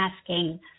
asking